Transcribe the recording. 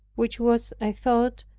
which was, i thought,